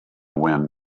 win